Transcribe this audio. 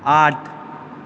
आठ